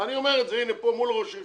אני אומר את זה פה מול ראש העיר,